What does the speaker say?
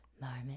Marmot